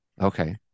Okay